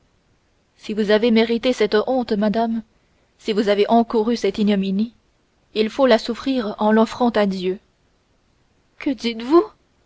si vous avez mérité cette honte madame si vous avez encouru cette ignominie il faut la subir en l'offrant à dieu que dites-vous